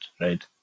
right